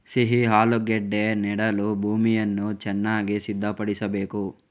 ಸಿಹಿ ಆಲೂಗೆಡ್ಡೆ ನೆಡಲು ಭೂಮಿಯನ್ನು ಚೆನ್ನಾಗಿ ಸಿದ್ಧಪಡಿಸಬೇಕು